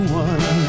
one